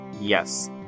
Yes